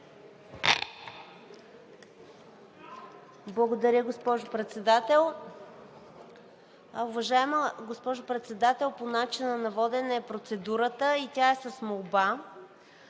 Благодаря, госпожо Председател. Уважаема госпожо Председател, по начина на водене е процедурата и тя е с молба